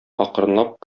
акрынлап